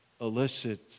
elicit